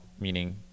meaning